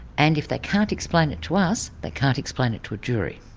and if they can't explain it to us, they can't explain it to a jury.